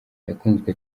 yakunzwe